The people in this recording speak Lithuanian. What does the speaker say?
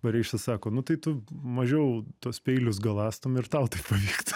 bareiša sako nu tai tu mažiau tuos peilius galastum ir tau tai pavyktų